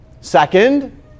Second